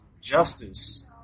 justice